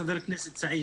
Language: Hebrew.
חבר הכנסת סעיד.